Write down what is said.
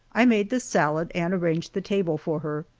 i made the salad and arranged the table for her.